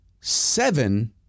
seven